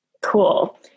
Cool